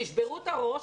תשברו את הראש,